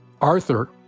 Arthur